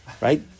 Right